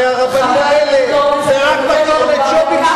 הרי הרבנים האלה הם רק מקור לג'ובים.